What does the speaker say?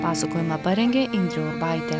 pasakojimą parengė indrė urbaitė